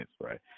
right